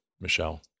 Michelle